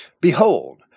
behold